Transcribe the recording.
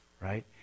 right